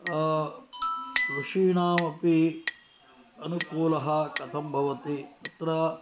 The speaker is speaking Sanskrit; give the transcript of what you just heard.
ऋषीणामपि अनुकूलः कथं भवति तत्र